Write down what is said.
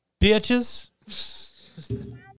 Bitches